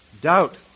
Doubt